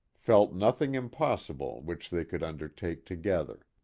felt nothing impossible which they could undertake together.